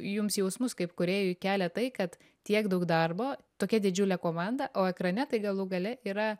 jums jausmus kaip kūrėjui kelia tai kad tiek daug darbo tokia didžiulė komanda o ekrane tai galų gale yra